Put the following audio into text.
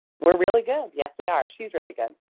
we are really good. yes, we are. she is really good.